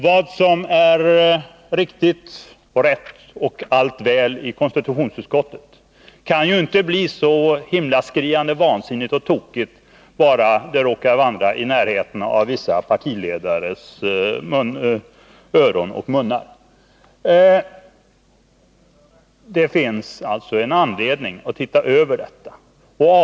Vad som är riktigt och rätt och gott och väl i konstitutionsutskottet kan ju inte bli så himmelsskriande vansinnigt och tokigt bara för att det råkar komma i närheten av vissa partiledares öron och munnar. Det finns alltså anledning att göra en översyn.